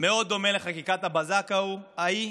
מאוד דומה לחקיקת בזק ההיא.